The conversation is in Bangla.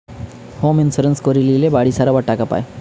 হোম ইন্সুরেন্স করিয়ে লিলে বাড়ি সারাবার টাকা পায়